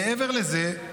מעבר לזה,